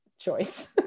choice